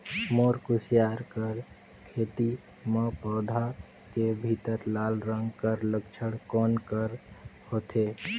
मोर कुसियार कर खेती म पौधा के भीतरी लाल रंग कर लक्षण कौन कर होथे?